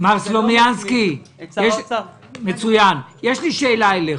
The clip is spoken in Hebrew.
מר סלומינסקי, יש לי שאלה אליך.